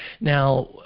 Now